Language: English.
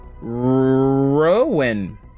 Rowan